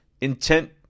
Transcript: intent